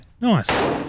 Nice